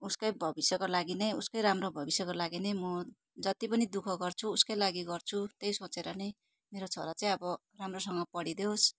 उसकै भविष्यको लागि नै उसकै राम्रो भविष्यको लागि नै म जति पनि दुःख गर्छु उसकै लागि गर्छु त्यही सोचेर नै मेरो छोरा चाहिँ अब राम्रोसँग पढिदिओस्